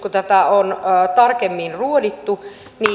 kun tätä budjettiesitystä on tarkemmin ruodittu